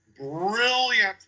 brilliant